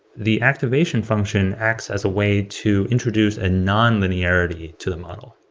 the activation function acts as a way to introduce a non-linearity to the model.